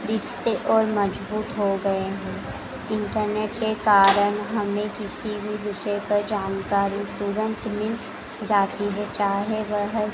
रिश्ते और मज़बूत हो गए हैं इंटरनेट के कारण हमें किसी भी विषय पर जानकारी तुरंत मिल जाती है चाहे वह